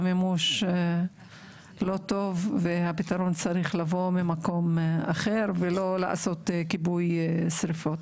המימוש לא טוב והפתרון צריך לבוא ממקום אחר ולא לעשות כיבוי שריפות.